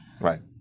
right